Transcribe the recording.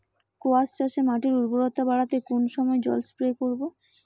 কোয়াস চাষে মাটির উর্বরতা বাড়াতে কোন সময় জল স্প্রে করব?